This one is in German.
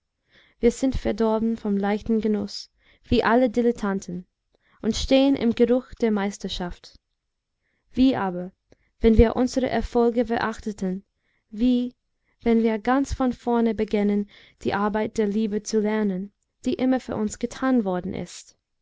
wir sind verdorben vom leichten genuß wie alle dilettanten und stehen im geruch der meisterschaft wie aber wenn wir unsere erfolge verachteten wie wenn wir ganz von vorne begännen die arbeit der liebe zu lernen die immer für uns getan worden ist